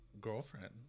girlfriend